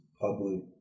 public